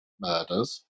murders